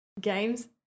games